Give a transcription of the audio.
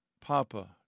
Papa